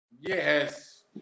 Yes